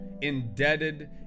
indebted